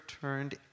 turned